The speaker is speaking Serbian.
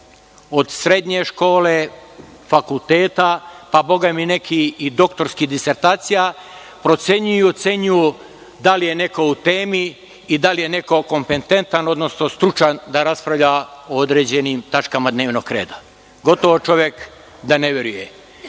od srednje škole, fakulteta, pa boga mi neki i doktorskih disertacija, procenjuju i ocenjuju da li je neko u temi i da li je neko kompetentan, odnosno stručan da raspravlja o određenim tačkama dnevnog reda. Gotovo čovek da ne veruje. Imate